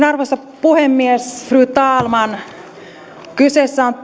arvoisa puhemies fru talman kyseessä on